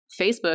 Facebook